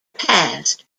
passed